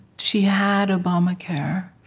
she had obamacare,